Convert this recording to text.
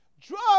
Drug